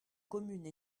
commune